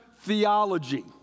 theology